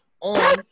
on